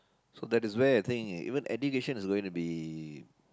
so that is where I think even education is going to be